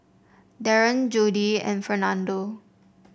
Daren Jodie and Fernando